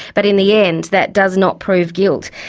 but in the end that does not prove guilt.